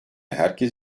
herkes